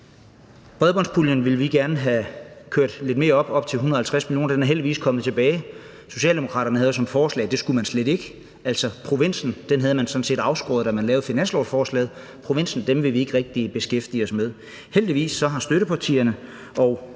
Bredbåndspuljen ville vi gerne have kørt lidt mere op, nemlig op til 150 mio. kr. Den er heldigvis kommet tilbage. Socialdemokraterne havde jo som forslag, at det skulle den slet ikke, altså, provinsen havde man sådan set afskåret, da man lavede finanslovsforslaget: Provinsen vil vi ikke rigtig beskæftige os med. Heldigvis har støttepartierne og